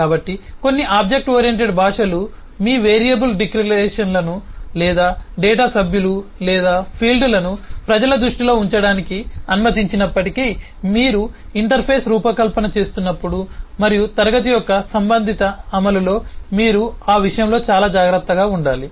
కాబట్టి కొన్ని object oriented భాషలు మీ వేరియబుల్ డిక్లరేషన్లు లేదా డేటా సభ్యులు లేదా ఫీల్డ్లను ప్రజల దృష్టిలో ఉంచడానికి అనుమతించినప్పటికీ మీరు ఇంటర్ఫేస్ రూపకల్పన చేస్తున్నప్పుడు మరియు క్లాస్ యొక్క సంబంధిత అమలులో మీరు ఆ విషయంలో చాలా జాగ్రత్తగా ఉండాలి